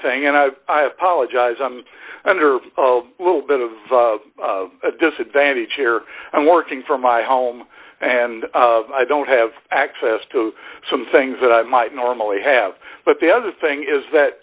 thing and i apologize i'm under a little bit of a disadvantage here i'm working from my home and i don't have access to some things that i might normally have but the other thing is that